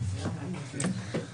הישיבה ננעלה בשעה 13:45.